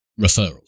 referrals